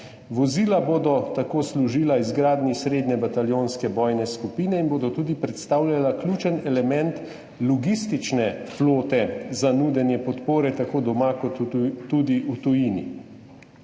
Vozila bodo tako služila izgradnji srednje bataljonske bojne skupine in bodo tudi predstavljala ključen element logistične flote za nudenje podpore tako doma kot v tujini.